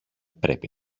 πρέπει